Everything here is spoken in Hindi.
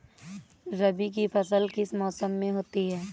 रबी की फसल किस मौसम में होती है?